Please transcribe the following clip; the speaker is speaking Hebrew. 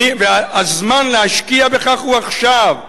הזמן להשקיע בכך הוא עכשיו.